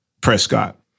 Prescott